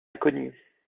inconnue